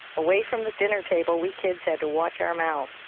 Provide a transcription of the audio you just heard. away from the dinner table we kids had to watch our mouths,